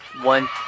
one